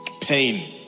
pain